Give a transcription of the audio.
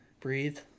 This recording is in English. breathe